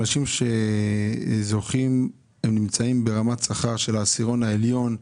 אנשים שזוכים נמצאים ברמת שכר של העשירון העליון,